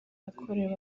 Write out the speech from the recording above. yakorewe